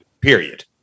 period